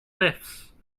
lifts